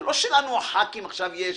זה לא שלנו הח"כים עכשיו יש